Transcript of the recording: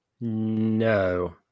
No